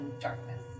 darkness